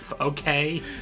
Okay